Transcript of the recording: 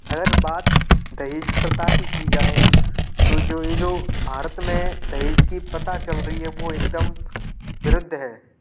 अगर बात दहेज प्रथा की की जाए तो जो ये जो भारत में दहेज की प्रथा चल रही है वो एकदम विरुद्ध है